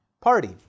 party